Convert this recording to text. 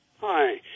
Hi